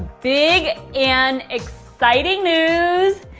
big and exciting news.